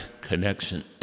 connection